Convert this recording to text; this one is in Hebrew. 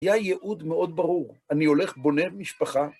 היה ייעוד מאוד ברור, אני הולך בונה משפחה.